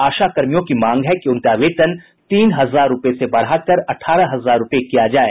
आशाकर्मियों की मांग है उनका वेतन तीन हजार रूपये से बढ़ाकर अठारह हजार रूपये किया जाये